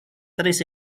tres